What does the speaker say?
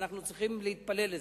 ואנחנו צריכים להתפלל לזה.